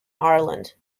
ireland